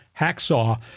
hacksaw